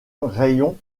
raïon